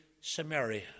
Samaria